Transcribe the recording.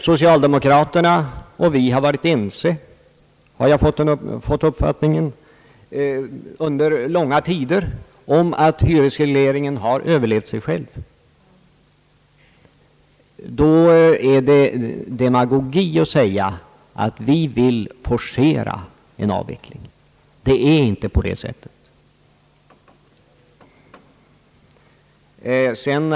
Socialdemokraterna och vi har under långa tider varit ense — den uppfattningen har jag fått — om att hyresregleringen överlevt sig själv. Då är det demagogi att säga att vi vill forcera en avveckling. Så ligger det inte till.